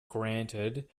granted